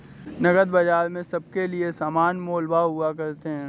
नकद बाजार में सबके लिये समान मोल भाव हुआ करते हैं